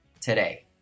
Today